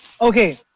Okay